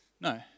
No